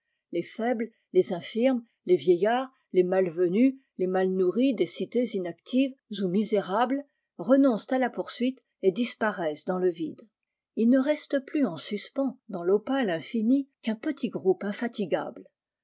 les faibles les infirmes les vieillards les mal venus les mal nourris des cités inactives ou misérables renoncent à la poursuite et disparaissent dans le vide il ne reste plus en suspens dans l'opale infinie qu'un petit groupe infatigable